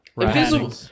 invisible